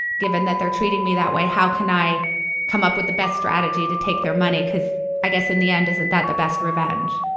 given that they're treating me that way, how can i come up with the best strategy to take their money because i guess, in the end, isn't that the best revenge?